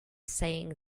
saying